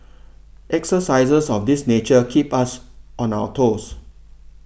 exercises of this nature keep us on our toes